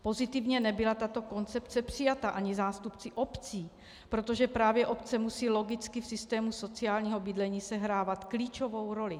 Pozitivně nebyla tato koncepce přijata ani zástupci obcí, protože právě obce musí logicky v systému sociálního bydlení sehrávat klíčovou roli.